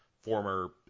former